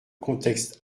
contexte